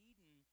Eden